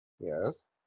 Yes